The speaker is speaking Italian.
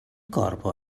corpo